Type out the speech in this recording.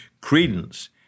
credence